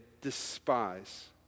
despise